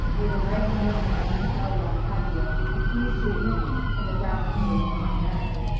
where the night clerk at the hotel lafcadio refused to admit them, on the grounds that they were not married.